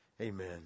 Amen